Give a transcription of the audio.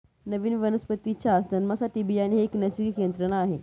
नवीन वनस्पतीच्या जन्मासाठी बियाणे ही एक नैसर्गिक यंत्रणा आहे